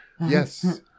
Yes